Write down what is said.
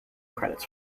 credits